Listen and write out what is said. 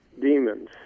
demons